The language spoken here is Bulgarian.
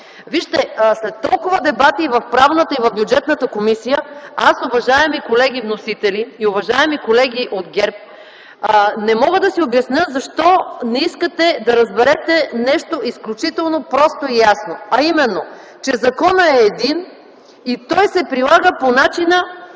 Вижте, след толкова дебати в Правната и в Бюджетната комисия, аз, уважаеми колеги вносители и уважаеми колеги от ГЕРБ, не мога да си обясня защо не искате да разберете нещо изключително просто и ясно, а именно, че законът е един и той се прилага по начина,